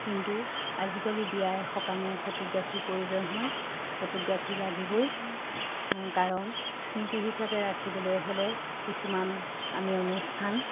কিন্তু আজিকালি বিয়াই সকামে ফটোগ্ৰাফিৰ প্ৰয়োজন হয় ফটোগ্ৰাফী লাগিবই কাৰণ স্মৃতি হিচাপে ৰাখিবলৈ হ'লে কিছুমান আমি অনুষ্ঠান